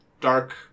dark